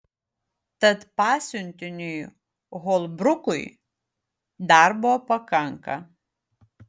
tad pasiuntiniui holbrukui darbo pakanka